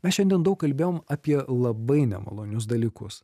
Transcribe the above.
mes šiandien daug kalbėjom apie labai nemalonius dalykus